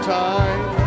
time